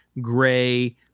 gray